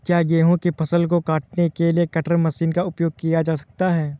क्या गेहूँ की फसल को काटने के लिए कटर मशीन का उपयोग किया जा सकता है?